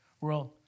world